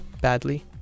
badly